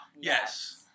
Yes